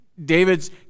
David's